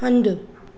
हंधि